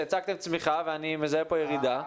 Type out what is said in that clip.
שהצגתם צמיחה ואני מזהה פה ירידה?